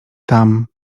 tam